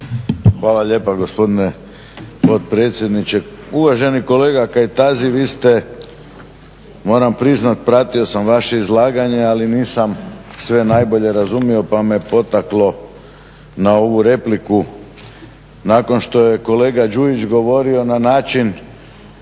Hvala lijepa gospodine potpredsjedniče. Uvaženi kolega Kajtazi vi ste moram priznati pratio sam vaše izlaganje ali nisam sve najbolje razumio, pa me potaklo na ovu repliku nakon što je kolega Đujić govorio na način